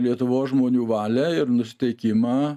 lietuvos žmonių valią ir nusiteikimą